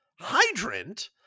hydrant